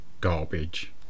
Garbage